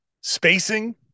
spacing